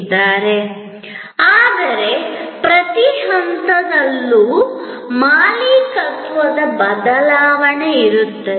ಆದ್ದರಿಂದ ಸರಿಯಾದ ನಿರ್ವಹಣೆ ಮತ್ತು ಮರುಪಡೆಯುವಿಕೆ ಮೂಲಕ ಯಂತ್ರವನ್ನು ಮತ್ತೆ ಮತ್ತೆ ಬಳಸಬಹುದು